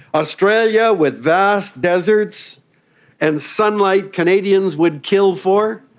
australia with vast deserts and sunlight canadians would kill for,